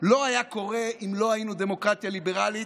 לא היה קורה אם לא היינו דמוקרטיה ליברלית,